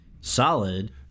solid